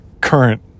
current